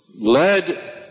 led